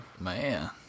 Man